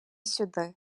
сюди